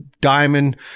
diamond